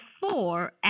four